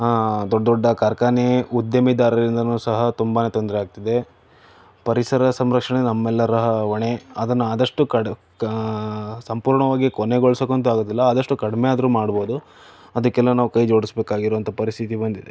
ದೊಡ್ಡ ದೊಡ್ಡ ಕಾರ್ಖಾನೆ ಉದ್ಯಮಿದಾರರಿಂದಲೂ ಸಹ ತುಂಬಾನೇ ತೊಂದರೆಯಾಗ್ತಿದೆ ಪರಿಸರ ಸಂರಕ್ಷಣೆ ನಮ್ಮೆಲ್ಲರ ಹೊಣೆ ಅದನ್ನು ಆದಷ್ಟು ಕಡ ಸಂಪೂರ್ಣವಾಗಿ ಕೊನೆಗೊಳ್ಸೋಕ್ಕಂತೂ ಆಗೋದಿಲ್ಲ ಆದಷ್ಟು ಕಡಿಮೆಯಾದರೂ ಮಾಡ್ಬೋದು ಅದಕ್ಕೆಲ್ಲ ನಾವು ಕೈಜೋಡ್ಸ್ಬೇಕಾಗಿರೋವಂಥ ಪರಿಸ್ಥಿತಿ ಬಂದಿದೆ